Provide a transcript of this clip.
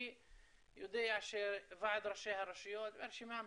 אני יודע שוועד ראשי הרשויות והרשימה המשותפת,